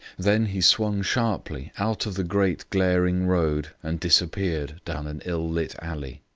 then he swung sharply out of the great glaring road and disappeared down an ill-lit alley.